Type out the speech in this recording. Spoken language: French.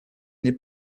n’est